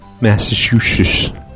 Massachusetts